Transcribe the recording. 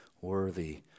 worthy